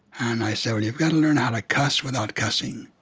and i said, well, you've got to learn how to cuss without cussing.